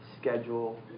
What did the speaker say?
schedule